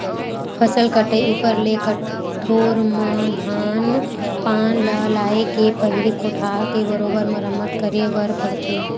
फसल कटई ऊपर ले कठोर म धान पान ल लाए के पहिली कोठार के बरोबर मरम्मत करे बर पड़थे